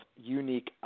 unique